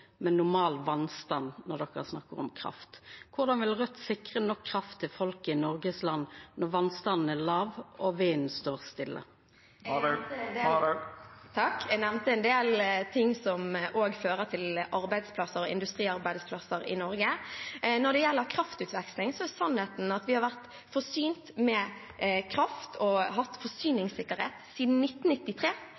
når dei snakkar om kraft. Korleis vil Raudt sikra nok kraft til folket i Noregs land når vasstanden er låg og vinden står stille? Jeg nevnte en del ting som også fører til industriarbeidsplasser i Norge. Når det gjelder kraftutveksling, er sannheten at vi har vært forsynt med kraft og hatt